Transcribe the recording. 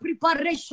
preparation